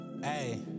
Hey